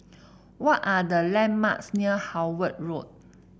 what are the landmarks near Howard Road